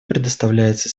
предоставляется